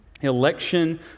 Election